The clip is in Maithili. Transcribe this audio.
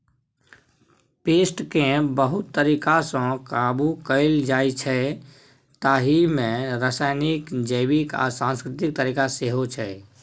पेस्टकेँ बहुत तरीकासँ काबु कएल जाइछै ताहि मे रासायनिक, जैबिक आ सांस्कृतिक तरीका सेहो छै